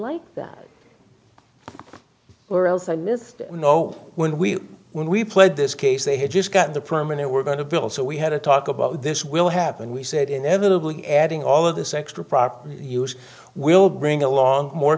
like that or else i missed you know when we when we played this case they had just gotten the permanent we're going to build so we had to talk about this will happen we said inevitably adding all of this extra profit us will bring along more